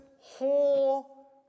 whole